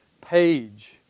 page